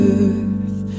earth